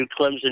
Clemson